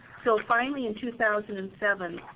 so finally, in two thousand and seven,